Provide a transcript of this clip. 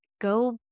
go